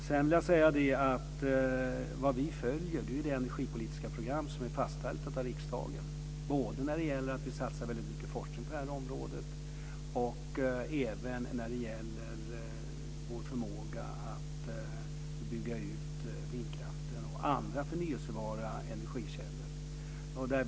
Sedan vill jag säga att vi följer det energipolitiska program som är fastställt av riksdagen både när det gäller vår satsning på väldigt mycket forskning på det här området och vår förmåga att bygga ut vindkraften och andra förnybara energikällor.